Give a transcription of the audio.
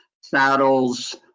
saddles